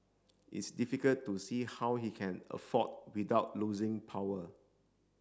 it's difficult to see how he can afford without losing power